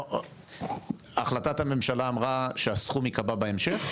החלטת הממשלה אמרה שהסכום יקבע בהמשך?